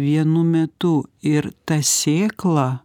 vienu metu ir ta sėkla